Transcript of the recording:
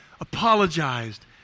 apologized